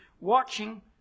watching